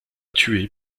tué